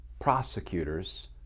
prosecutors